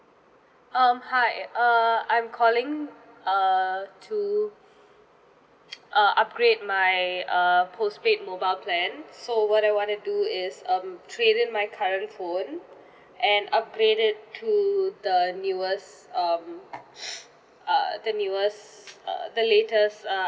um hi err I'm calling err to uh upgrade my err postpaid mobile plan so what I wanna do is um trade in my current phone and upgrade it to the newest um uh the newest uh the latest uh